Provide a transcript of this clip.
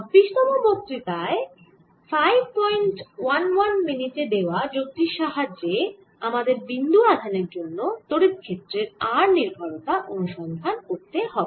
26 তম বক্তৃতায় 511 মিনিটে দেওয়া যুক্তির সাহাজ্যে আমাদের বিন্দু আধানের জন্য তড়িৎ ক্ষেত্রের r নির্ভরতা অনুসন্ধান করতে হবে